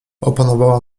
opanowała